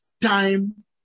time